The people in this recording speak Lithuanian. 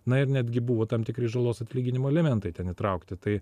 na ir netgi buvo tam tikri žalos atlyginimo elementai ten įtraukti tai